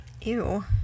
ew